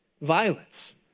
Violence